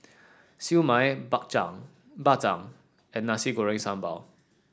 Siew Mai bak Bak Chang and Nasi Goreng Sambal